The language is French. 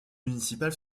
municipale